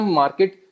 market